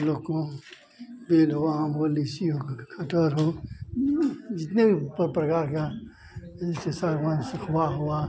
हम लोग को बेल हो आम हो लीची हो कटहल हो जितने भी प प्रकार का जैसे सागवान सखुआ हुआ